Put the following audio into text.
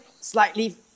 slightly